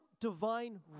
divine